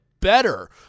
better